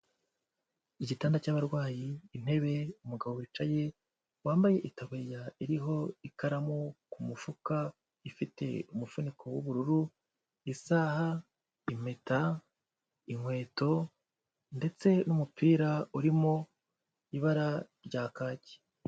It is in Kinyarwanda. Igitanda cy'abarwayi, intebe, umugabo wicaye, wambaye itaburiya iriho ikaramu ku mufuka ifite umufuniko w'ubururu, isaha, impeta, inkweto ndetse n'umupira urimo ibara rya kaki.